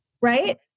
Right